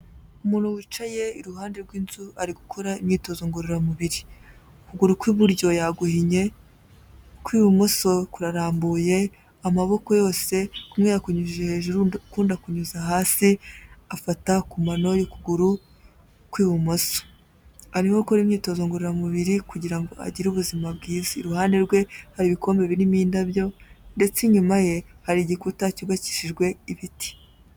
Umuntu wicaye iruhande rw'inzu ari gukora imyitozo ngororamubiri, ukuguru kw'iburyo yaguhinye, kw'ibumoso kurarambuye amaboko yose, kumwe yakunyujije hejuru, ukundi akunyuza hasi afata ku mano y'ukuguru kw'ibumoso, arimo arakora imyitozo ngororamubiri kugira ngo agire ubuzima bwiza, iruhande rwe hari ibikombe birimo indabyo, ndetse inyuma ye hari igikuta cyubakishijwe ibiti.